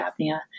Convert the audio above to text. apnea